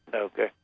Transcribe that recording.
Okay